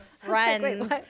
friends